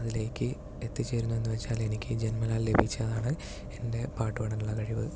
അതിലേക്ക് എത്തിച്ചേർന്നുവെന്ന് ചോദിച്ചാൽ എനിക്ക് ജന്മനാൽ ലഭിച്ചതാണ് എൻ്റെ പാട്ടു പാടാനുള്ള കഴിവ്